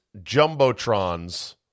jumbotrons